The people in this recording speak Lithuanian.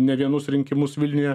ne vienus rinkimus vilniuje